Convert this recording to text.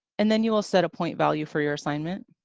and then you will set a point value for your assignment,